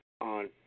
on